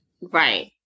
Right